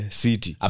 city